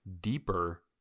deeper